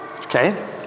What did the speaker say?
Okay